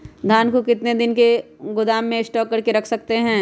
धान को कितने दिन को गोदाम में स्टॉक करके रख सकते हैँ?